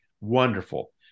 Wonderful